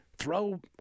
Throw